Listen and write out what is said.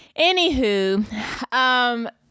Anywho